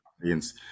audience